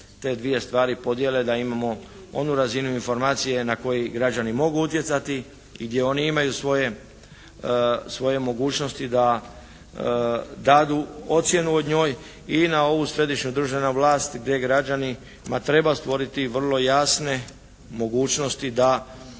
te dvije stvari podjele da imamo onu razinu informacije na koju građani mogu utjecati i gdje oni imaju svoje mogućnosti da dadu ocjenu o njoj i na ovu središnja državna vlast gdje građanima treba stvoriti vrlo jasne mogućnosti da